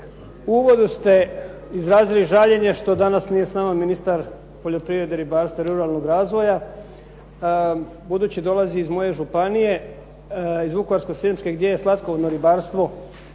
u uvodu ste izrazili žaljenje što nije s nama ministar poljoprivrede, ribarstva i ruralnog razvoja, budući dolazi iz moje županije, iz Vukovarko-srijemsko gdje je slatkovodno ribarstvo